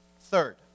Third